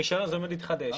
הרישיון הה עומד להתחדש,